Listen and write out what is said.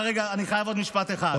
רגע, רגע, אני חייב עוד משפט אחד.